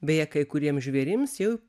beje kai kuriems žvėrims jau